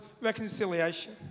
reconciliation